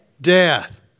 death